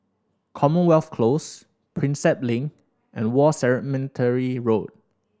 Commonwealth Close Prinsep Link and War Cemetery Road